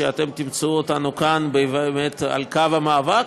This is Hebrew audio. ואתם תמצאו אותנו כאן על קו המאבק.